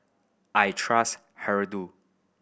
I trust Hirudoid